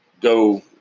go –